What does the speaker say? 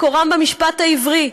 מקורם במשפט העברי.